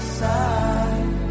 side